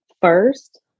first